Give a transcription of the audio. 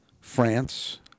France